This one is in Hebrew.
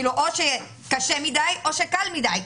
או שקשה מדי או שקל מדי.